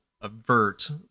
avert